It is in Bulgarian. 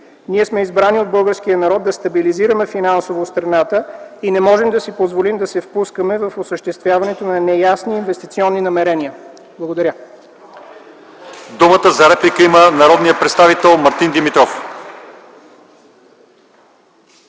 Ние сме избрани от българския народ да стабилизираме финансово страната и не можем да си позволим да се впускаме в осъществяването на неясни инвестиционни намерения. Благодаря.